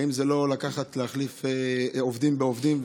האם זה לא להחליף עובדים בעובדים,